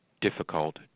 difficult